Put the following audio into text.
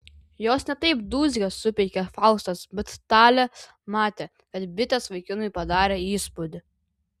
jos ne taip dūzgia supeikė faustas bet talė matė kad bitės vaikinui padarė įspūdį